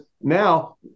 now